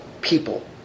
people